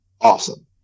awesome